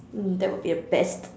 mm that would be the best